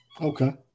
Okay